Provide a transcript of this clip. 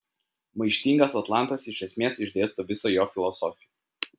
maištingas atlantas iš esmės išdėsto visą jo filosofiją